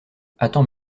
attends